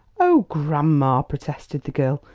oh, grandma! protested the girl,